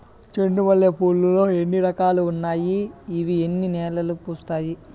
చెండు మల్లె పూలు లో ఎన్ని రకాలు ఉన్నాయి ఇవి ఎన్ని నెలలు పూస్తాయి